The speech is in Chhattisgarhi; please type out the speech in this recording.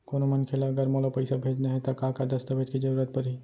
कोनो मनखे ला अगर मोला पइसा भेजना हे ता का का दस्तावेज के जरूरत परही??